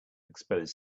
expose